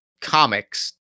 comics